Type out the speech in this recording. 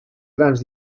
grans